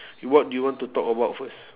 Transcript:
you what do you want to talk about first